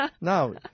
now